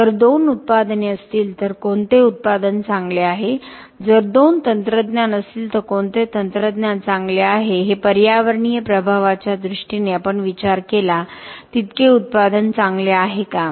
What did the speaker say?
जर दोन उत्पादने असतील तर कोणते उत्पादन चांगले आहे जर दोन तंत्रज्ञान असतील तर कोणते तंत्रज्ञान चांगले आहे हे पर्यावरणीय प्रभावाच्या दृष्टीने आपण विचार केला तितके उत्पादन चांगले आहे का